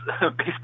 baseball